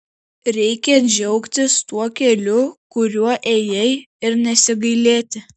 reikia džiaugtis tuo keliu kuriuo ėjai ir nesigailėti